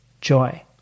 joy